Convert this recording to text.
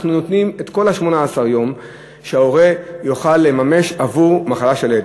אנחנו נותנים את כל 18 היום להורה שיכול לממש אותם עבור מחלה של הילד.